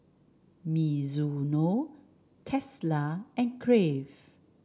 Mizuno Tesla and Crave